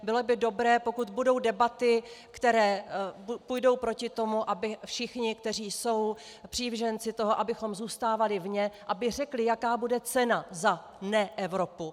Bylo by dobré, pokud budou debaty, které půjdou proti tomu, aby všichni, kteří jsou přívrženci toho, abychom zůstávali vně, řekli, jaká bude cena za neEvropu.